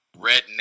redneck